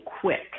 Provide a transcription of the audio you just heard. quick